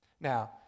Now